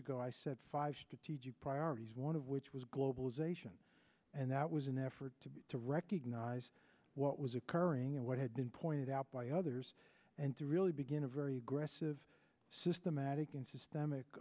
ago i said five strategic priorities one of which was globalization and that was an effort to be to recognize what was occurring and what had been pointed out by others and to really begin a very aggressive systematic and systemic